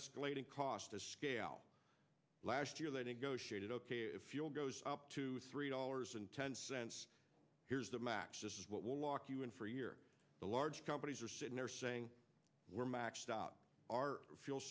escalating cost of scale last year they negotiated a fuel goes up to three dollars and ten cents here's the max this is what will lock you in for a year the large companies are sitting there saying we're maxed out our fuel